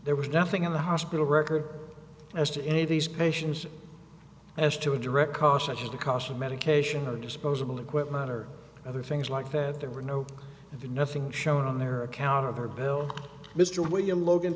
there was nothing in the hospital record as to any of these patients as to direct cautions to caution medication of disposable equipment or other things like that there were no nothing shown on their account of her bill mr william logan